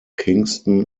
kingston